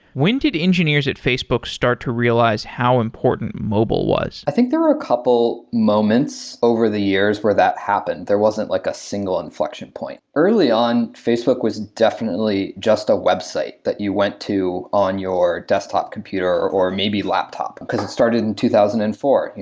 when did engineers at facebook start to realize how important mobile was? i think there are a couple moments over the years where that happened. there wasn't like a single inflection point. early on, facebook was definitely just a website that you went to on your desktop computer or maybe laptop, because it started in two thousand and four.